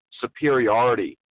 superiority